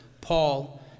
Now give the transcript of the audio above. Paul